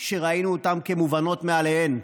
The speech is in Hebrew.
שראינו אותן כמובנות מאליהן,